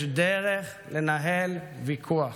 יש דרך לנהל ויכוח.